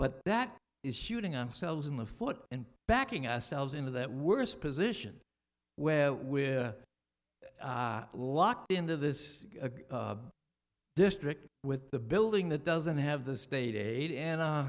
but that is shooting i'm selves in the foot and backing ourselves into that worst position where we're locked into this district with the building that doesn't have the state aid and